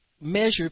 measure